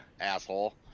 asshole